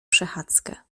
przechadzkę